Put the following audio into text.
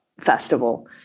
festival